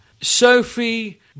Sophie